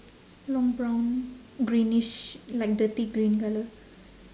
long brown greenish like dirty green colour